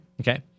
Okay